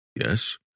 Yes